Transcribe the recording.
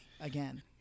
again